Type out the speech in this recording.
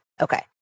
Okay